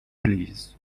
please